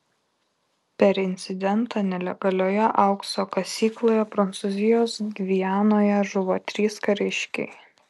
per incidentą nelegalioje aukso kasykloje prancūzijos gvianoje žuvo trys kariškiai